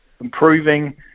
improving